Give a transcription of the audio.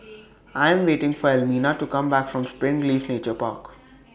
I Am waiting For Elmina to Come Back from Springleaf Nature Park